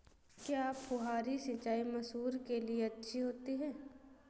क्या फुहारी सिंचाई मसूर के लिए अच्छी होती है?